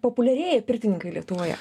populiarėja pirtininkai lietuvoje